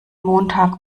morgen